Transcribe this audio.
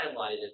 highlighted